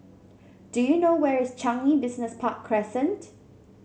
do you know where is Changi Business Park Crescent